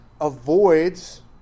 avoids